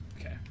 Okay